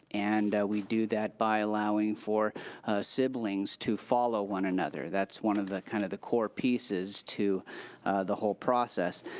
and we do that by allowing for siblings to follow one another, that's one of the, kind of the core pieces to the whole process.